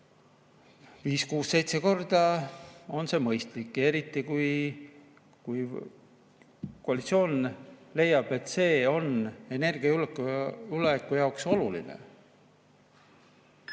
korda, on see mõistlik. Eriti, kui koalitsioon leiab, et see on energiajulgeoleku jaoks oluline.